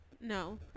no